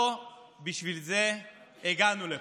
לא בשביל זה הגענו לפה.